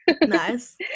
Nice